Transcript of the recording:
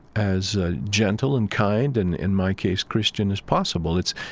as ah gentle and kind and, in my case, christian as possible. it's,